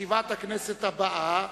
ישיבת הכנסת הבאה,